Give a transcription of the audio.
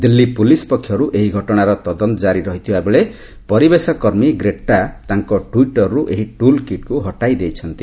Delhi police ପକ୍ଷରୁ ଏହି ଘଟଣାର ତଦନ୍ତ ଜାରି ରହିଥିବା ବେଳେ ପରିବେଶ କର୍ମୀ ଗ୍ରେଟା ତାଙ୍କ ଟ୍ୱିଟ୍ରୁ ଏହି ଟୁଲ୍ କିଟ୍କୁ ହଟାଇ ଦେଇଛନ୍ତି